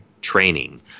training